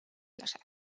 lase